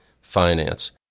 finance